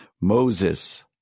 Moses